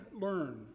learn